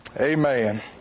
Amen